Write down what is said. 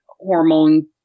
hormone